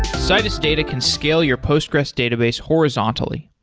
citus data can scale your postgres database horizontally.